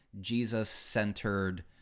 jesus-centered